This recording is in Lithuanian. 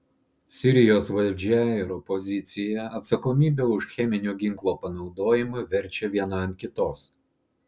sirijos valdžia ir opozicija atsakomybę už cheminio ginklo panaudojimą verčia viena ant kitos